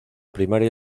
primaria